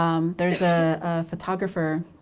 um there's a photographer,